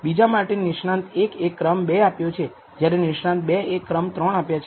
બીજા માટે નિષ્ણાંત 1 એ ક્રમ 2 આપ્યો છે જ્યારે નિષ્ણાંત 2 એ ક્રમ 3 આપ્યો છે